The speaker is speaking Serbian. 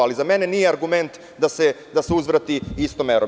Ali, za mene nije argument da se uzvrati istom merom.